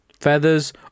Feathers